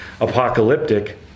Apocalyptic